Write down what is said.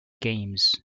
games